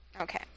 Okay